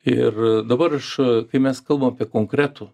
ir a dabar aš a kai mes kalbam apie konkretų